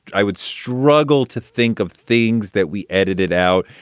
i would struggle to think of things that we edited out.